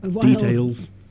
details